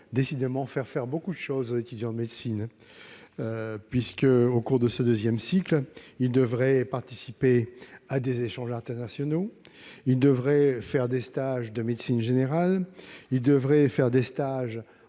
décidément faire faire beaucoup de choses aux étudiants en médecine : au cours du deuxième cycle, ils devraient participer à des échanges internationaux, faire des stages de médecine générale, effectuer des stages